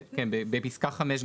פסקה (5),